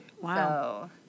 Wow